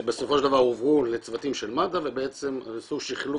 ובסופו של דבר הובאו לצוותים של מד"א ובעצם עשו שיחלוף,